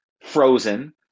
frozen